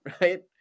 right